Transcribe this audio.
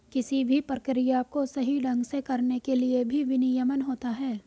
किसी भी प्रक्रिया को सही ढंग से करने के लिए भी विनियमन होता है